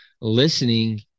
listening